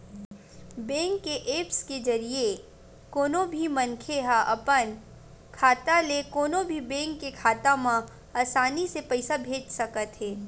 bank के apps के जरिए कोनो भी मनखे ह अपन खाता ले कोनो भी बेंक के खाता म असानी ले पइसा भेज सकत हे